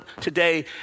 today